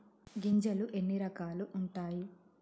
గింజలు ఎన్ని రకాలు ఉంటాయి?